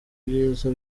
ibyiza